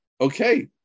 Okay